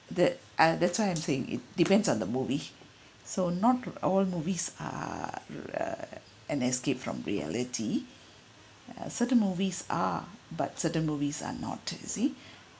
that ah that's why I'm saying it depends on the movie so not all movies are rea~ an escape from reality err certain movies are but certain movies are not you see